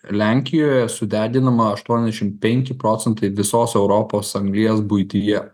lenkijoje sudeginama aštuoniasdešimt penki procentai visos europos anglies buityje